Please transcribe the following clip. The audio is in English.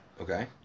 Okay